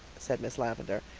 said miss lavendar,